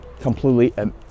completely